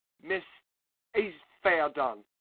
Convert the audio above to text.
miss e's fair done.